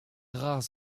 rares